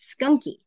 skunky